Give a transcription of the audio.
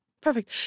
Perfect